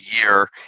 year